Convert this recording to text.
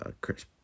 Chris